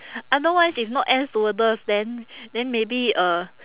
otherwise if not air stewardess then then maybe uh